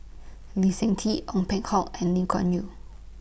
Lee Seng Tee Ong Peng Hock and Lim Kuan Yew